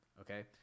okay